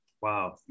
Wow